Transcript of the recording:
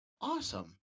Awesome